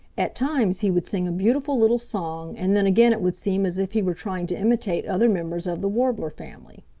at times he would sing a beautiful little song and then again it would seem as if he were trying to imitate other members of the warbler family.